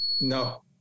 No